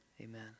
Amen